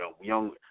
young